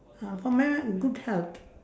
uh for me good health